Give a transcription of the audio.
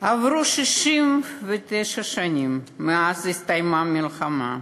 עברו 69 שנים מאז הסתיימה המלחמה,